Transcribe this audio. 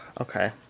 Okay